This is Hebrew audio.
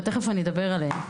ותיכף אני אדבר עליהן,